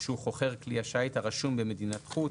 שהוא חוכר כלי השיט הרשום במדינת חוץ.